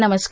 नमस्कार